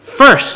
First